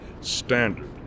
standard